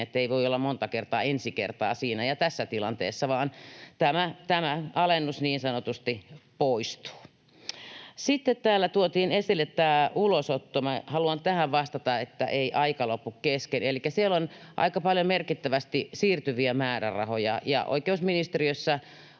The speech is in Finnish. voi olla monta kertaa ensi kertaa siinä ja tässä tilanteessa, vaan tämä alennus niin sanotusti poistuu. Sitten täällä tuotiin esille ulosotto — minä haluan tähän vastata, niin että ei aika lopu kesken. Elikkä siellä on aika paljon merkittävästi siirtyviä määrärahoja, ja oikeusministeriössä